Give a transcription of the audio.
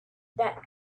that